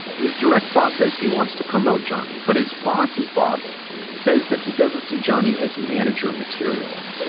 his direct boss says he wants to promote johnny, but his boss's boss says that he doesn't see johnny as manager material.